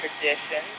traditions